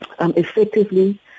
effectively